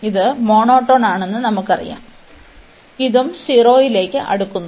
ഇത് മോണോടോൺ ആണെന്ന് നമുക്കറിയാം ഇതും 0 ലേക്ക് അടുക്കുന്നു